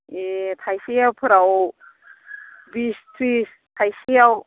ए' थाइसेफोराव बिस ट्रिस थाइसेआव